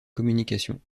communication